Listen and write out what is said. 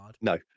No